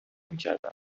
میکردن